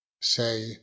Say